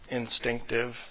instinctive